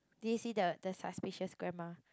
did you see the the suspicious grandma